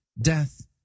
Death